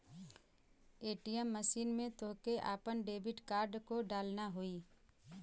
ATM machine में तोहके आपन डेबिट कार्ड को डालना होई